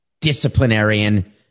disciplinarian